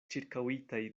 ĉirkaŭitaj